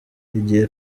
igihe